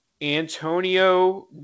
Antonio